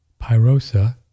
pyrosa